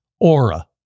Aura